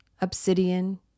obsidian